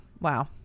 wow